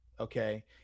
Okay